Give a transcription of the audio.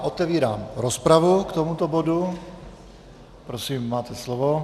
Otevírám rozpravu k tomuto bodu, prosím, máte slovo.